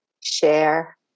share